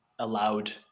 allowed